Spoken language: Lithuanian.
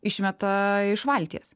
išmeta iš valties